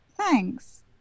thanks